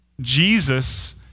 Jesus